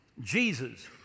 Jesus